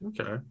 okay